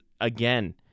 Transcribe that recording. again